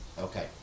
okay